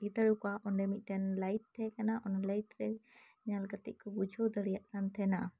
ᱮᱢ ᱫᱟᱲᱮᱣ ᱠᱚᱣᱟ ᱚᱸᱰᱮ ᱢᱤᱫ ᱴᱮᱱ ᱞᱟᱭᱤᱴ ᱛᱟᱦᱮᱸ ᱠᱟᱱᱟ ᱚᱱᱟ ᱞᱟᱭᱤᱴ ᱛᱮ ᱧᱮᱞ ᱠᱟᱛᱮᱫ ᱠᱚ ᱵᱩᱡᱷᱟᱹᱣ ᱫᱟᱲᱮᱭᱟᱜ ᱠᱟᱱ ᱛᱟᱦᱮᱸᱱᱟ